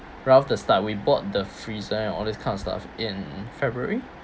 throughout the start we bought the freezer and all these kind of stuff in february